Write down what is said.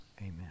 Amen